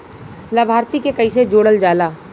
लभार्थी के कइसे जोड़ल जाला?